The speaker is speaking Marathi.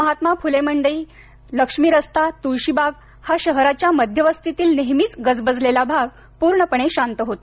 महात्मा फुले मंडई लक्ष्मी रस्ता तुळशीबाग हा शहराच्या मध्यवस्तीतील नेहमीच गजबजलेला भाग पूर्णपणे शांत होता